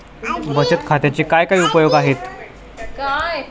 बचत खात्याचे काय काय उपयोग आहेत?